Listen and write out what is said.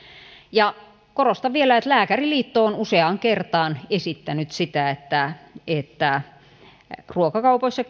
ja korostan vielä että lääkäriliitto on useaan kertaan esittänyt sitä että että ruokakaupoissa